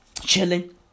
Chilling